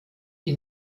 die